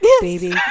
baby